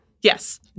Yes